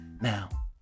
Now